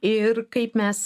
ir kaip mes